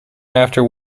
after